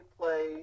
play